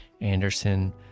Anderson